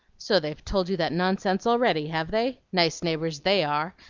so they've told you that nonsense already, have they? nice neighbors they are,